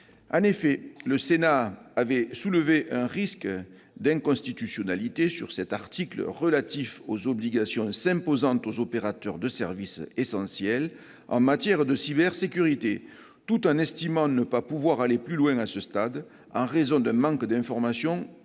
En effet, la Haute Assemblée avait soulevé un risque d'inconstitutionnalité de cet article relatif aux obligations s'imposant aux opérateurs de services essentiels en matière de cybersécurité, tout en estimant ne pas pouvoir aller plus loin à ce stade, faute d'informations suffisantes